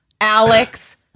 Alex